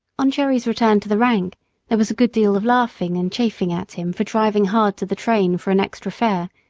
on jerry's return to the rank there was good deal of laughing and chaffing at him for driving hard to the train for an extra fare,